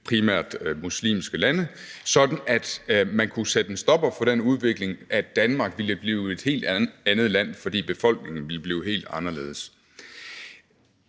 primært muslimske lande, sådan at man kunne sætte en stopper for den udvikling, at Danmark ville blive et helt andet land, fordi befolkningen ville blive helt anderledes.